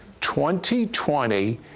2020